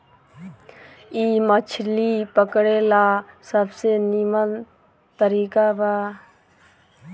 इ मछली पकड़े ला सबसे निमन तरीका बा